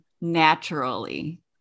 naturally